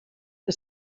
que